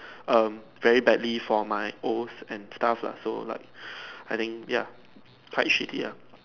um very badly for my O's and stuff lah so like I think ya quite shitty ah